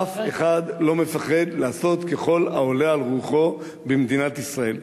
אף אחד לא מפחד לעשות ככל העולה על רוחו במדינת ישראל.